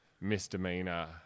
misdemeanor